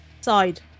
side